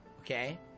okay